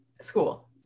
school